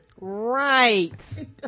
right